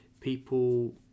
people